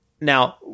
Now